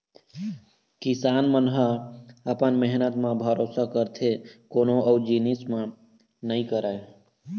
किसान मन ह अपन मेहनत म भरोसा करथे कोनो अउ जिनिस म नइ करय